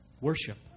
worship